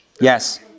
yes